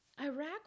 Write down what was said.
Iraq